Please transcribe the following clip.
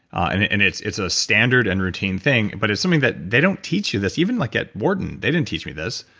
and and it's it's a standard and routine thing but it's something that they don't teach you this, even like at wharton they didn't teach me this.